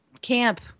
camp